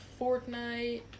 Fortnite